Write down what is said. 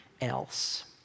else